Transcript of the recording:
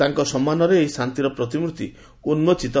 ତାଙ୍କ ସମ୍ମାନରେ ଏହି ଶାନ୍ତିର ପ୍ରତିମୂର୍ତ୍ତି ଉନ୍କୋଚିତ ହେବ